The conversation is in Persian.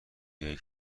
بیای